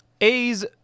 A's